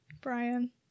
Brian